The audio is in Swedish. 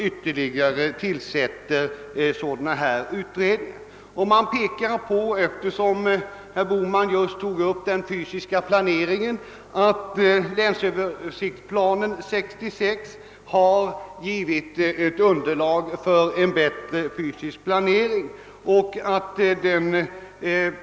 Eftersom herr Bohman just tog upp den fysiska planeringen, kan jag nämna att länsstyrelsen påpekat att »Länsöversiktsplan 66» har givit ett underlag för en bättre sådan planering.